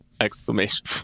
exclamation